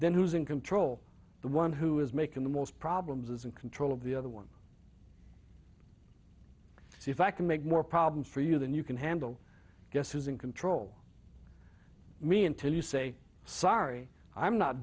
then who's in control the one who is making the most problems is in control of the other one says i can make more problems for you than you can handle guess who's in control me until you say sorry i'm not